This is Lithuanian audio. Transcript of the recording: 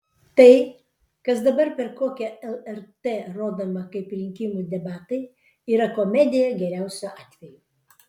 tai kas dabar per kokią lrt rodoma kaip rinkimų debatai yra komedija geriausiu atveju